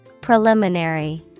Preliminary